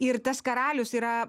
ir tas karalius yra